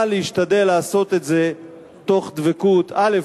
אבל להשתדל לעשות את זה תוך דבקות, א.